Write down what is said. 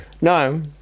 No